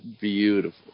beautiful